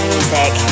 Music